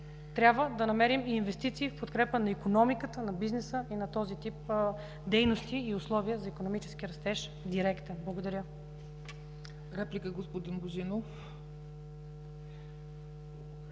трябва да намерим инвестиции в подкрепа на икономиката, на бизнеса и на този тип дейности и условия за икономически директен растеж. Благодаря.